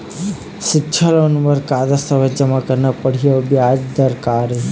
सिक्छा लोन बार का का दस्तावेज जमा करना पढ़ही अउ ब्याज दर का रही?